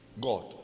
God